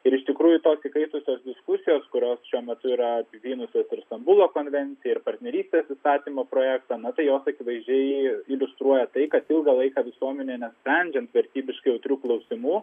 ir iš tikrųjų tos įkaitusios diskusijos kurios šiuo metu yra apipynusios ir stambulo konvenciją ir partnerystės įsakymo projektą tai jos akivaizdžiai iliustruoja tai kad ilgą laiką visuomenei nesprendžiant vertybiškai jautrių klausimų